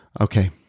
Okay